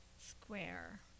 square